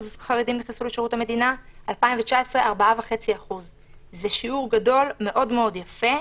נכנסו לשירות המדינה 3% וב-2019 נכנסו 4.5%. זה שיעור גדול ומאוד יפה.